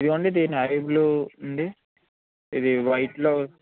ఇదిగోండి ఇది navy blue ఉంది ఇది వైట్లో